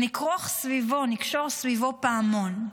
נכרוך ונקשור סביבו פעמון,